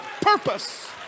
purpose